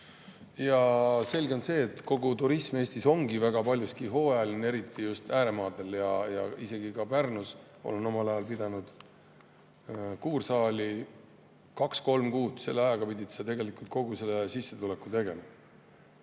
Selge on see, et kogu turism Eestis ongi väga paljuski hooajaline, eriti just ääremaadel, isegi Pärnus. Olen omal ajal pidanud kuursaali. Kahe-kolme kuuga pidid sa tegelikult kogu sissetuleku [teenima].